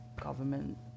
government